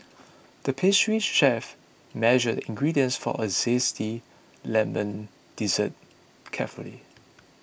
the pastry chef measured the ingredients for a Zesty Lemon Dessert carefully